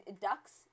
ducks